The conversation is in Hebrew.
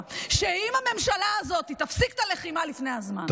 שאם הממשלה הזאת תפסיק את הלחימה לפני הזמן,